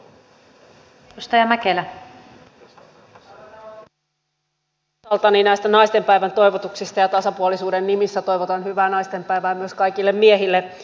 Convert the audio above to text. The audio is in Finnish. kiitän osaltani näistä naistenpäivän toivotuksista ja tasapuolisuuden nimissä toivotan hyvää naistenpäivää myös kaikille miehille